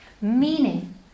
Meaning